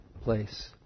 place